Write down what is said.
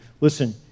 Listen